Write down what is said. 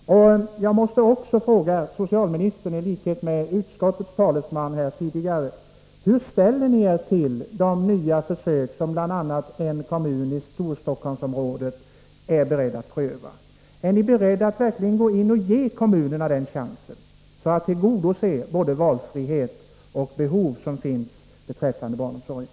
Jag måste också, i likhet med utskottets talesman, fråga socialministern: Hur ställer ni er till de nya försök som bl.a. en kommun i Storstockholmsområdet är beredd att pröva? Är ni beredd att verkligen ge kommunerna den chansen, för att tillgodose både valfrihet och andra behov som finns beträffande barnomsorgen?